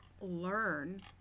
learn